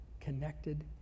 connected